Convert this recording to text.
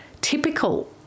typical